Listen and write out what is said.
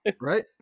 Right